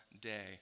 day